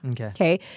Okay